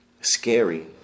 scary